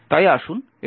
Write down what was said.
তাই আসুন এটি ঘটতে দেখি